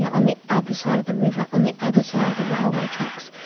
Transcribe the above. yeah on the other side of the river, on the other side of the railway tracks.